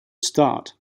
start